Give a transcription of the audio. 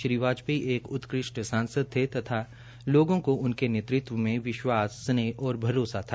श्री वाजपयी एक उत्कृष्ट सांसद थे तथ लोगों को उनके नेतृत्व में विश्वास स्नेह और भरोसा था